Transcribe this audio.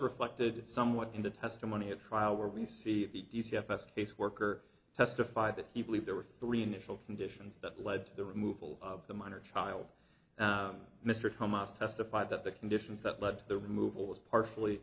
reflected somewhat in the testimony at trial where we see these fs caseworker testified that he believed there were three initial conditions that led to the removal of the minor child mr thomas testified that the conditions that led to the removal was partially